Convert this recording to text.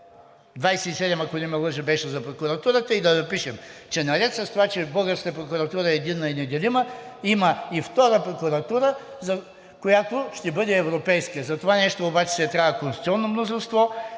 127, ако не се лъжа, беше за прокуратурата и да напишем, че наред с това, че българската прокуратура е единна и неделима, има и втора прокуратура, която ще бъде европейска. За това нещо обаче ще трябва конституционно мнозинство.